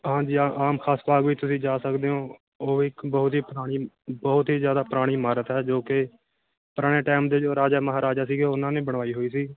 ਹਾਂਜੀ ਆ ਆਮ ਖਾਸ ਬਾਗ ਵੀ ਤੁਸੀਂ ਜਾ ਸਕਦੇ ਓਂ ਉਹ ਇੱਕ ਬਹੁਤ ਹੀ ਪੁਰਾਣੀ ਬਹੁਤ ਹੀ ਜ਼ਿਆਦਾ ਪੁਰਾਣੀ ਇਮਾਰਤ ਹੈ ਜੋ ਕਿ ਪੁਰਾਣੇ ਟਾਈਮ ਦੇ ਜੋ ਰਾਜਾ ਮਹਾਰਾਜਾ ਸੀਗੇ ਉਹਨਾਂ ਨੇ ਬਣਵਾਈ ਹੋਈ ਸੀ